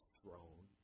throne